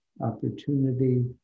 opportunity